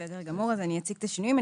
אני אציג את השינויים.